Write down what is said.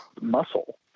muscle